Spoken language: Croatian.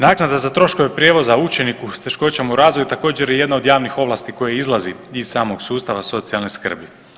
Naknada za troškove prijevoza učeniku s teškoćama u razvoju također je jedna od javnih ovlasti koje izlazi iz samog sustava socijalne skrbi.